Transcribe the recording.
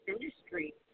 industry